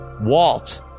Walt